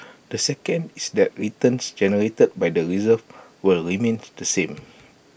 the second is that returns generated by the reserves will remain the same